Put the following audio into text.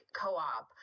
co-op